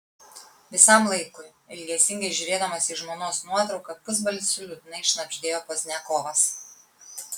visam laikui ilgesingai žiūrėdamas į žmonos nuotrauką pusbalsiu liūdnai šnabždėjo pozdniakovas